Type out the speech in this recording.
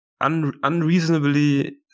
unreasonably